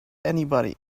anybody